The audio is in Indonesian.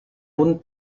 pun